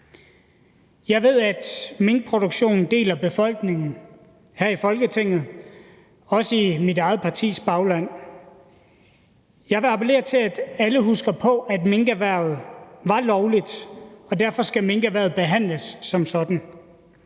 Jeg ved, at minkproduktion deler befolkningen, Folketinget og også mit eget partis bagland. Jeg vil appellere til, at alle husker på, at minkerhvervet var lovligt, og derfor skal minkerhvervet behandles som sådan,